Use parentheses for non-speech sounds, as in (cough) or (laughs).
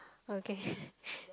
okay (laughs)